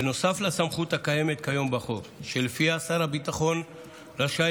נוסף על הסמכות הקיימת כיום בחוק שלפיה שר הביטחון רשאי